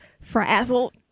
frazzled